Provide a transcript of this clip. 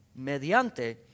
mediante